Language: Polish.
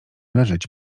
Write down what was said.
leżeć